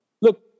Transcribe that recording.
Look